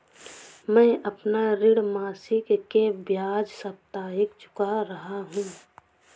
मैं अपना ऋण मासिक के बजाय साप्ताहिक चुका रहा हूँ